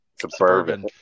suburban